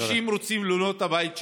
אנשים רוצים לבנות את הבית שלהם.